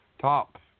top